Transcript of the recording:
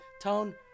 Tone